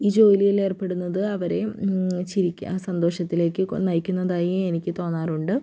ഈ ജോലിയിൽ ഏർപ്പെടുന്നത് അവരെ ചിരിക്കാൻ സന്തോഷത്തിലേക്ക് നയിക്കുന്നതായി എനിക്ക് തോന്നാറുണ്ട്